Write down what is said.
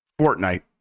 Fortnite